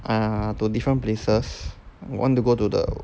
ah to different places want to go to the